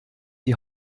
die